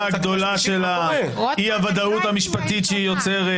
הגדולה של אי הוודאות המשפטית שהיא יוצרת.